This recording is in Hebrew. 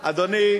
אבל עכשיו אמרת,